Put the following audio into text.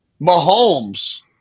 Mahomes